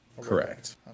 Correct